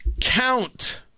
count